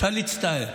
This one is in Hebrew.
אפשר להצטער.